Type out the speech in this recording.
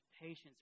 patience